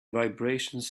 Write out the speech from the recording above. vibrations